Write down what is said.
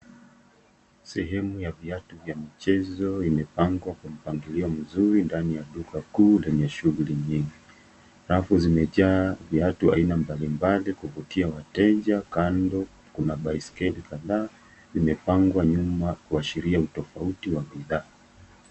Sehemu ya viatu vya michezo imepangwa kwa mpangilio mzuri ndani ya duka kuu lenye shughuli nyingi. Rafu zimejaa viatu aina mbali mbali kuvutia wateja, kando kuna baiskeli kadhaa zimepangwa nyuma kuashiria utofauti wa bidhaa.